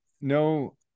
No